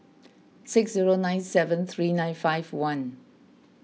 six zero nine seven three nine five one